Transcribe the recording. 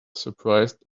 surprised